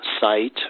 site